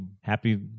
happy